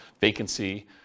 vacancy